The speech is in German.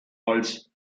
als